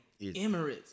Emirates